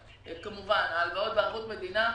ההלוואות בערבות מדינה.